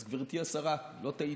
אז גברתי השרה, לא טעיתי,